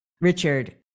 Richard